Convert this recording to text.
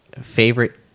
favorite